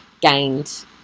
gained